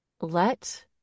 let